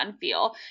feel